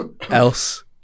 Else